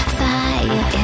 fire